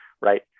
right